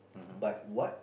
but what